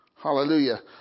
Hallelujah